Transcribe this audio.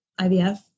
IVF